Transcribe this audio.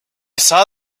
saw